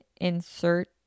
insert